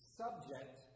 subject